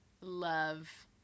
love